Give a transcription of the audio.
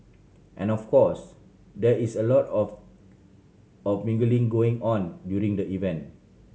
and of course there is a lot of of mingling going on during the event